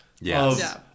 Yes